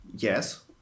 Yes